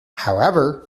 however